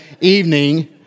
evening